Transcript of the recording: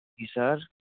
जी sir